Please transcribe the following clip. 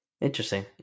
Interesting